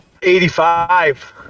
85